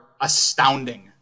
astounding